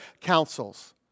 councils